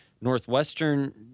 Northwestern